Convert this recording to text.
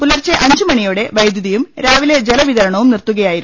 പുലർച്ചെ അഞ്ച് മണിയോടെ വൈദ്യുതിയും രാവിലെ ജലവിതരണവും നിർത്തുകയായിരുന്നു